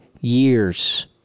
years